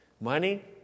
Money